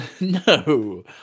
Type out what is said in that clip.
No